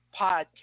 podcast